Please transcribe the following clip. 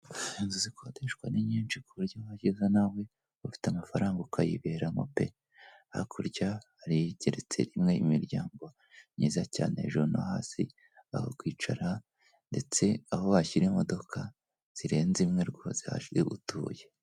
Inzu zikodeshwa ni nyinshi ku buryo nawe uhageza ufite amafaranga ukayiberamo pe hakurya hari igeretse rimwe y'imiryango myiza cyane hejuru no hasi aho kwicara ndetse aho washyira imodoka zirenze imwe rwose hashashe utuye.